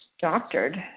doctored